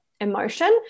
emotion